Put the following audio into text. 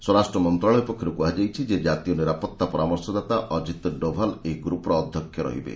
ସ୍ୱରାଷ୍ଟ୍ର ମନ୍ତ୍ରଣାଳୟ ପକ୍ଷରୁ କୁହାଯାଇଛି ଯେ ଜାତୀୟ ନିରାପତ୍ତା ପରାମର୍ଶଦାତା ଅଜିତ ଡୋବାଲ୍ ଏହି ଗ୍ରପ୍ର ଅଧ୍ୟକ୍ଷ ରହିବେ